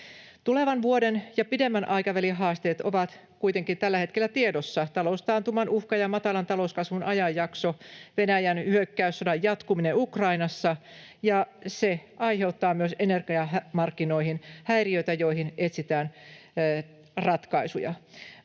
Tulevan vuoden ja pidemmän aikavälin haasteet ovat kuitenkin tällä hetkellä tiedossa: taloustaantuman uhka ja matalan talouskasvun ajanjakso, Venäjän hyökkäyssodan jatkuminen Ukrainassa, ja se aiheuttaa myös energiamarkkinoihin häiriöitä, joihin etsitään ratkaisuja.